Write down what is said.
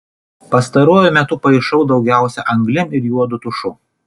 pastaruoju metu paišau daugiausia anglim ir juodu tušu